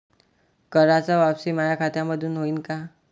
कराच वापसी माया खात्यामंधून होईन का?